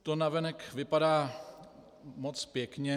To navenek vypadá moc pěkně.